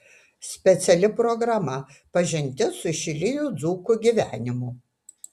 speciali programa pažintis su šilinių dzūkų gyvenimu